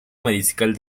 mariscal